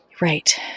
Right